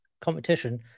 competition